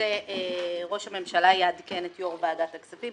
שזה "יושב-ראש הממשלה יעדכן את יושב-ראש ועדת הכספים".